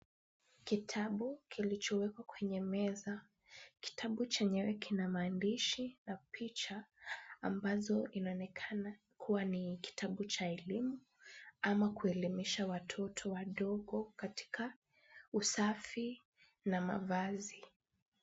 Kitabu kilichowekwa kwenye meza, kitabu chenyewe kina maandishi na picha ambazo inaonekana kuwa ni kitabu cha elimu ama kuelimisha watoto wadogo katika usafi na mavazi.